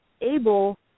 able